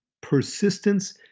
Persistence